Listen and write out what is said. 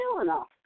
enough